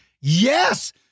yes